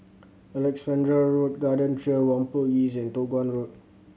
Alexandra Road Garden Trail Whampoa East and Toh Guan Road